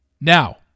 Now